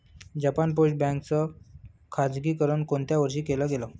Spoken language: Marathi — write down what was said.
जपान पोस्ट बँक च खाजगीकरण कोणत्या वर्षी केलं गेलं?